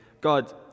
God